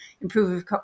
improve